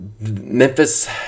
Memphis